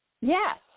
Yes